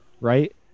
right